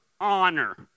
honor